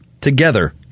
together